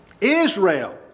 Israel